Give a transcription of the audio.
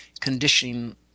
conditioning